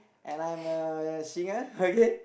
and I'm a singer okay